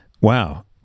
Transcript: Wow